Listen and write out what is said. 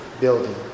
building